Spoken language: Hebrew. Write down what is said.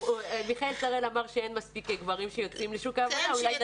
מיכאל שראל אמר שאין מספיק גברים שיוצאים לשוק העבודה.